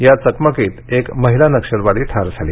या चकमकीत एक महिला नक्षलवादी ठार झाली